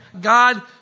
God